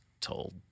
told